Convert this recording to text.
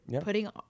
putting